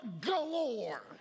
galore